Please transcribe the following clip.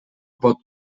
pot